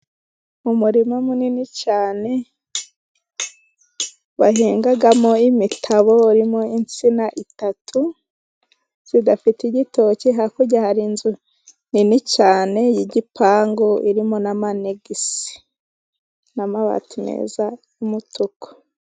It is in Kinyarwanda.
Umurima munini cyane bahingamo imitabo urimo insina eshatu zidafite igitoki. Hakurya hari inzu nini cyane y'igipangu, irimo n'amanegisi n'amabati meza y'umutuku.